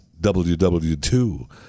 WW2